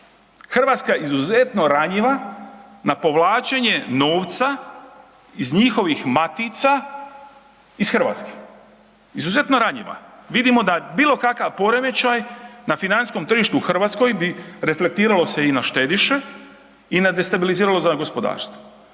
Hrvatska je izuzetno ranjiva na povlačenje novca iz njihovih matica iz Hrvatske, izuzetno ranjiva. Vidimo da bilo kakav poremećaj na financijskom tržištu u Hrvatskoj bi reflektiralo se i na štediše i destabiliziralo gospodarstvo.